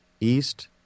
East